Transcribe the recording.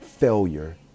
failure